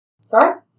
Sorry